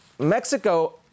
Mexico